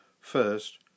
First